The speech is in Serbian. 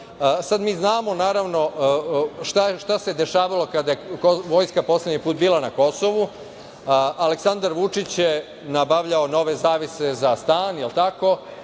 Sad mi znamo, naravno, šta se dešavalo kada je vojska poslednji put bila na Kosovu. Aleksandar Vučić je nabavljao nove zavese za stan, Aleksandar